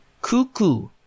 Cuckoo